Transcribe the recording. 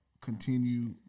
continue